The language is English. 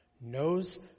knows